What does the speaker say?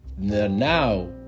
Now